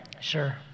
Sure